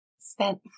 spent